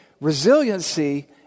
resiliency